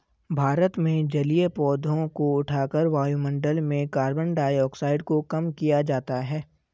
भारत में जलीय पौधों को उठाकर वायुमंडल में कार्बन डाइऑक्साइड को कम किया जाता है